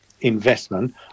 investment